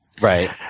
Right